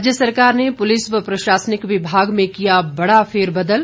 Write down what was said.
राज्य सरकार ने पुलिस व प्रशासनिक विभाग में किया बड़ा फेरबदल